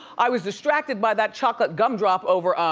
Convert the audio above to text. i was distracted by that chocolate gumdrop over um